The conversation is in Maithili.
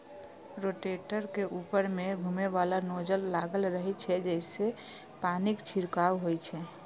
रोटेटर के ऊपर मे घुमैबला नोजल लागल रहै छै, जइसे पानिक छिड़काव होइ छै